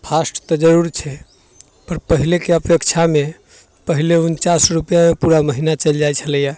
fast तऽ जरूर छै पर पहिलेके अपेक्षामे पहिले उनचास रुपैआमे पूरा महिना चलि जाइ छलैए